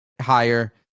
higher